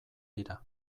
dira